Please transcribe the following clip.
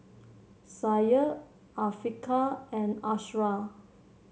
Syah Afiqah and Ashraf